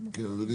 אדוני